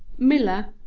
miller,